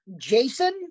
jason